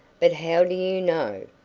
but how do you know?